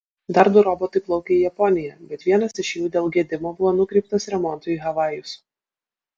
dar du robotai plaukė į japoniją bet vienas iš jų dėl gedimo buvo nukreiptas remontui į havajus